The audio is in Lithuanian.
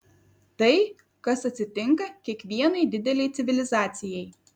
tai kas atsitinka kiekvienai didelei civilizacijai